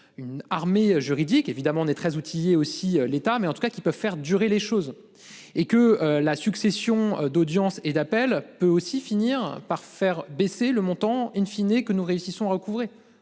Une armée juridique évidemment on est très outillé, aussi l'État, mais en tout cas qui peuvent faire durer les choses et que la succession d'audience et d'appel peut aussi finir par faire baisser le montant in fine et que nous réussissons recouvrer